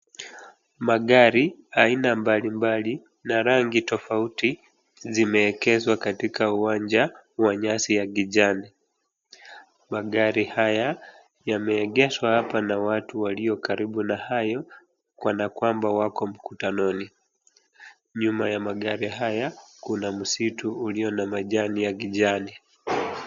Magari aina mbali mbali na rangi tofauti zimeegezwa katika uwanja wa nyasi ya kijani. Magari haya yameegeshwa hapa na watu waliokaribu na hayo kana kwamba wako mkutanoni. Nyuma ya magari haya kuna msitu ulio na majani ya kijani.